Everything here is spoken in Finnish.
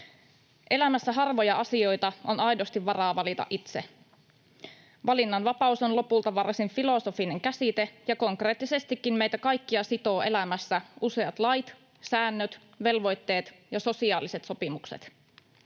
Elämässä harvoja asioita on aidosti varaa valita itse. Valinnanvapaus on lopulta varsin filosofinen käsite, ja konkreettisestikin meitä kaikkia sitovat elämässä useat lait, säännöt, velvoitteet ja sosiaaliset sopimukset.